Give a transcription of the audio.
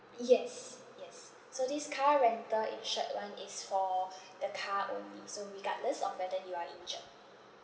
yes yes so this car rental insured [one] is for the car only so regardless of whether you are injured